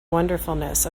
wonderfulness